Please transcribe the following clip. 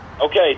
Okay